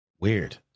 Weird